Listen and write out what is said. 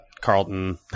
Carlton